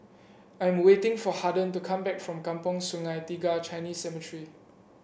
I am waiting for Haden to come back from Kampong Sungai Tiga Chinese Cemetery